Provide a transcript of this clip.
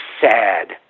sad